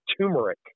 turmeric